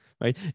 Right